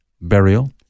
burial